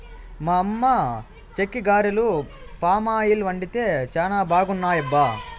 మా అమ్మ చెక్కిగారెలు పామాయిల్ వండితే చానా బాగున్నాయబ్బా